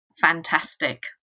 fantastic